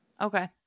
Okay